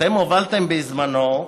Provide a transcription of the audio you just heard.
אתם הובלתם בזמנו,